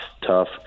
tough